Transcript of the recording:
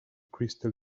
crystal